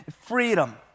Freedom